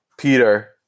Peter